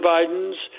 Biden's